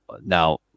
Now